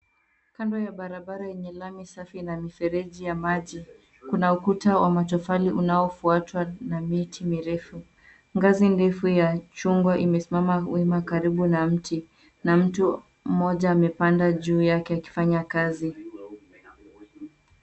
Kando ya barabara yenye lami safi na mifereji ya maji. Kuna ukuta wa matofali unaofauatwa na miti mirefu. Ngazi ndefu ya chungwa imesimama wema karibu na mti na mtu mmoja amepanda juu yake akifanya kazi.